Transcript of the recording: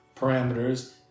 parameters